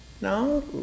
No